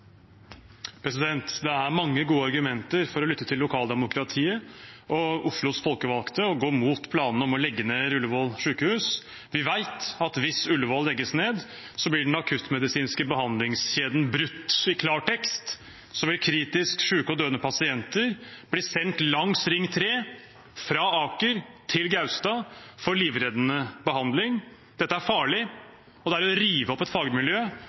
mange gode argumenter for å lytte til lokaldemokratiet og Oslos folkevalgte og gå mot planene om å legge ned Ullevål sjukehus. Vi vet at hvis Ullevål legges ned, blir den akuttmedisinske behandlingskjeden brutt. I klartekst vil kritisk sjuke og døende pasienter bli sendt langs Ring 3 fra Aker til Gaustad for livreddende behandling. Dette er farlig, og det er å rive opp et fagmiljø